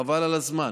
חבל על הזמן.